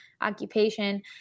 occupation